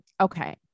okay